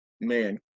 man